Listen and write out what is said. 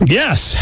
yes